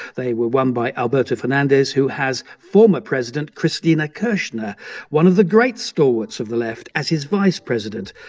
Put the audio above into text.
they were won by alberto fernandez, who has former president cristina kirchner one of the great stalwarts of the left as his vice president.